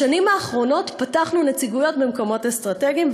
בשנים האחרונות פתחנו נציגויות במקומות אסטרטגיים,